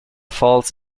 falls